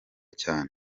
cyane